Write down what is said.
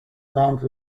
land